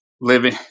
living